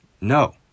No